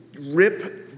rip